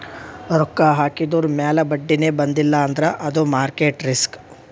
ರೊಕ್ಕಾ ಹಾಕಿದುರ್ ಮ್ಯಾಲ ಬಡ್ಡಿನೇ ಬಂದಿಲ್ಲ ಅಂದ್ರ ಅದು ಮಾರ್ಕೆಟ್ ರಿಸ್ಕ್